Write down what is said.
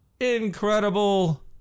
incredible